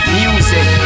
music